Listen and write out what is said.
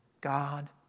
God